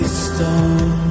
stone